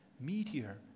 meteor